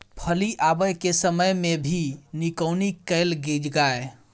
फली आबय के समय मे भी निकौनी कैल गाय?